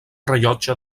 rellotge